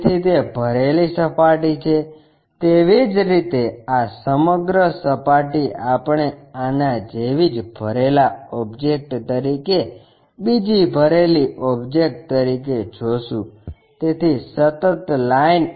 તેથી તે ભરેલી સપાટી છે તેવી જ રીતે આ સમગ્ર સપાટી આપણે આના જેવી જ ભરેલા ઓબ્જેક્ટ તરીકે બીજી ભરેલી ઓબ્જેક્ટ તરીકે જોશું તેથી સતત લાઇન